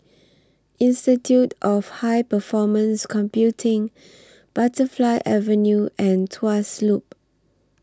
Institute of High Performance Computing Butterfly Avenue and Tuas Loop